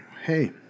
Hey